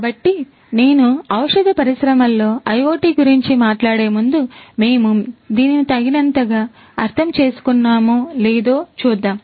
కాబట్టి నేను ఔషధ పరిశ్రమలో IoT గురించి మాట్లాడే ముందు మేము దీనిని తగినంతగా అర్థం చేసుకున్నామో లేదో చూద్దాం